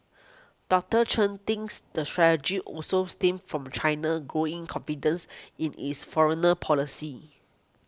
Doctor Chen thinks the strategy also stems from China's growing confidence in its foreigner policy